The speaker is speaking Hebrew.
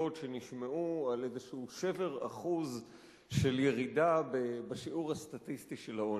שנשמעו על איזה שבר אחוז של ירידה בשיעור הסטטיסטי של העוני.